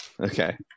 Okay